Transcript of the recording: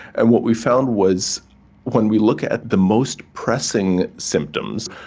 and what we found was when we look at the most pressing symptoms,